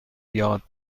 یاد